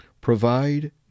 Provide